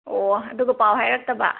ꯑꯣ ꯑꯗꯨꯒ ꯄꯥꯎ ꯍꯥꯏꯔꯛꯇꯕ